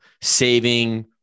saving